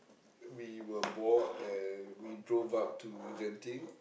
we were bored and we drove up to Genting